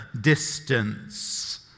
distance